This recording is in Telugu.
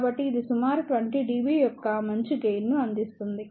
కాబట్టి ఇది సుమారు 20 dB యొక్క మంచి గెయిన్ ను అందిస్తుంది